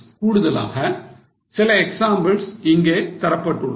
கூடுதலாக சில எக்ஸாம்பிள்ஸ் இங்கே தரப்பட்டுள்ளது